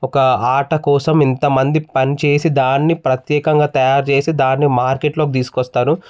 ఒక ఆట కోసం ఇంత మంది పని చేసి దాన్ని ప్రత్యేకంగా తయారుచేసి దాన్ని మార్కెట్లోకి తీసుకొస్తారు